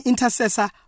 intercessor